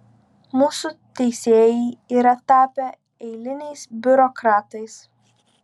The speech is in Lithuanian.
mūsų teisėjai yra tapę eiliniais biurokratais